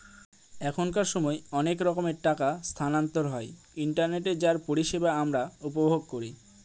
এখনকার সময় অনেক রকমের টাকা স্থানান্তর হয় ইন্টারনেটে যার পরিষেবা আমরা উপভোগ করি